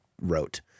wrote